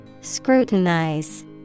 Scrutinize